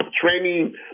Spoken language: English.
training